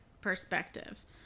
perspective